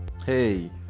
Hey